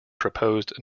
proposed